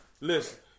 Listen